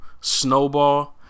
snowball